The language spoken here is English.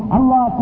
Allah